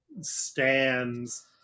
stands